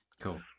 Cool